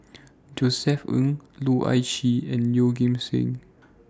Josef Ng Loh Ah Chee and Yeoh Ghim Seng